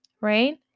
right